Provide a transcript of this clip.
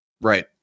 Right